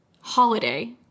holiday